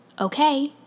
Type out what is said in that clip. Okay